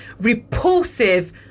repulsive